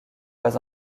pas